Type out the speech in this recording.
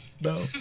No